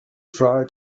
try